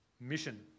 mission